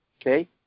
Okay